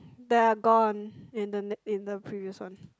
they are gone in the ne~ in the previous one